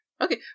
Okay